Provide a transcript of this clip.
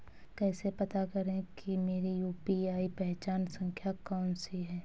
कैसे पता करें कि मेरी यू.पी.आई पहचान संख्या कौनसी है?